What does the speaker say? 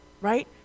right